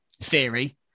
Theory